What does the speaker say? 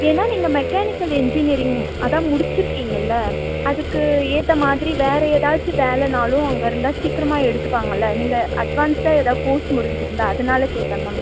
ஏனால் நீங்கள் mechanical engineering அதான் முடிச்சுருக்கீங்கல்ல அதுக்கு ஏற்ற மாதிரி வேறு ஏதாச்சும் வேலைனாலும் அங்கே இருந்தால் சீக்கிரமாக எடுத்துப்பாங்கல்ல நீங்கள் அட்வான்ஸாக எதாது கோர்ஸ் முடிச்சுருந்தா அதனால் கேட்டேன் மேம்